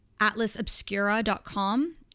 atlasobscura.com